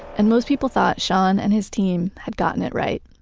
and most people thought shawn and his team had gotten it right.